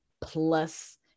plus